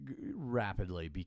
rapidly